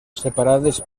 separades